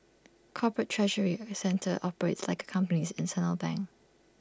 corporate treasury centres operate like A company's internal bank